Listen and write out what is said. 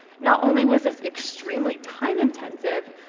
not only was this extremely time intensive,